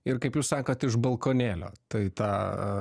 ir kaip jūs sakot iš balkonėlio tai tą